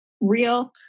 Real